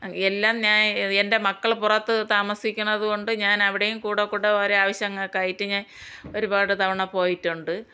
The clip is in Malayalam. എല്ലാം ഞാൻ എൻ്റെ മക്കൾ പുറത്ത് താമസിക്കുന്നത് കൊണ്ട് ഞാൻ അവിടെയും കൂടെ കൂടെ ഓരോ ആവശ്യങ്ങൾക്കായിട്ട് ഞാൻ ഒരുപാട് തവണ പോയിട്ടുണ്ട്